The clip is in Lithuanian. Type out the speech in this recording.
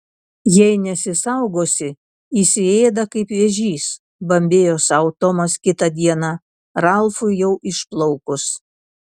jei nesisaugosi įsiėda kaip vėžys bambėjo sau tomas kitą dieną ralfui jau išplaukus